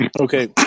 okay